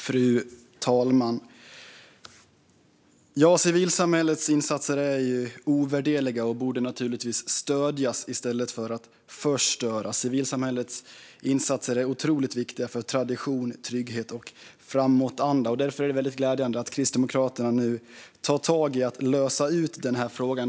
Fru talman! Civilsamhällets insatser är ovärderliga och borde naturligtvis stödjas i stället för att förstöras. Civilsamhällets insatser är otroligt viktiga för tradition, trygghet och framåtanda. Därför är det väldigt glädjande att Kristdemokraterna nu tar tag i frågan för att lösa den.